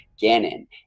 Gannon